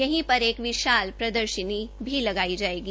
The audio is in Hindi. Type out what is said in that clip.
यहीं पर एक विशाल प्रर्दशनी भी लगाई जाएगी